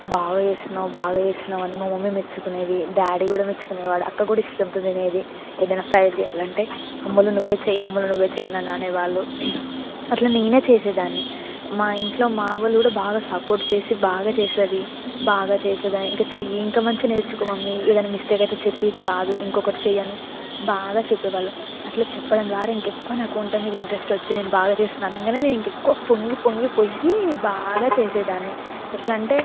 బాగా చేస్తున్నావు బాగా చేస్తున్నావు అని మా మమ్మీ మెచ్చుకునేది డాడీ కూడా మెచ్చుకునేవాడు అక్క కూడా ఇష్టంతో తినేది ఏదైనా ఫ్రై చేయాలంటే అమ్ములు నువ్వే చేయి అమ్ములు నువ్వే చేయి అని అనేవాళ్ళు అట్లా నేనే చేసేదాన్ని మా ఇంట్లో మావాళ్ళు కూడా బాగా సపోర్ట్ చేసి బాగా చేస్తుంది బాగా చేస్తుంది అని ఇంకా చేయి ఇంకా మంచిగా నేర్చుకో మమ్మీ ఏదైనా మిస్టేక్ అయితే చెప్పేది కాదు ఇంకొకటి చేయి అని బాగా చెప్పేవాళ్ళు అట్లా చెప్పడం ద్వారా ఇంకెక్కువ నాకు వంట మీద ఇంట్రెస్ట్ వచ్చి నేను బాగా చేస్తుందనంగానే నేను ఇంకెక్కువ పొంగి పొంగిపోయి బాగా చేసేదాన్ని ఎట్లా అంటే